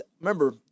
remember